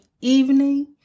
evening